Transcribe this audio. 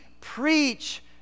Preach